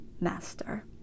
master